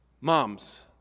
Moms